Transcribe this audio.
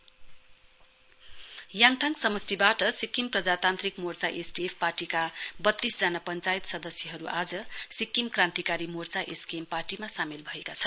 SKM याङ्याङ समष्टिवाट सिक्किम प्रजातान्त्रिक मोर्चा एसडीएफ पार्टीका वत्तीसजना पञ्चायत सदस्यहरु आज सिक्किम क्रान्तिकारी मोर्चा एसकेएम पार्टीमा सामेल भएका छन्